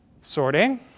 sorting